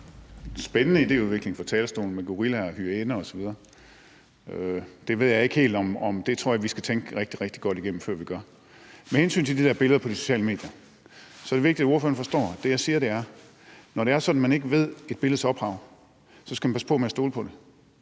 er en spændende idéudvikling fra talerstolen med gorillaer og hyæner osv. Det tror jeg vi skal tænke rigtig, rigtig godt igennem før vi gør. Med hensyn til de der billeder på de sociale medier, er det vigtigt, at ordføreren forstår, at det, jeg siger, er, at når det er sådan, at man ikke kender et billedes ophav, så skal man passe på med at stole på det,